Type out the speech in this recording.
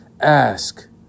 Ask